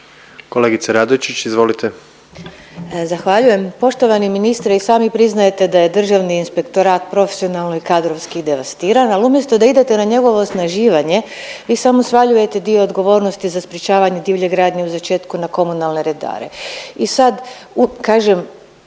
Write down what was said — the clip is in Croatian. Dušica (Možemo!)** Zahvaljujem. Poštovani ministre i sami priznajete da je Državni inspektorat profesionalno i kadrovski devastiran, ali umjesto da idete na njegovo osnaživanje, vi samo svaljujete dio odgovornosti za sprječavanje divlje gradnje u začetku na komunalne redare. I sad kažem